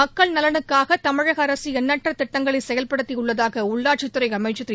மக்கள் நலனுக்காக தமிழக அரசு எண்ணற்ற திட்டங்களை செயல்படுத்தி உள்ளதாக உள்ளாட்சித்துறை அமைச்சர் திரு